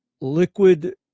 liquid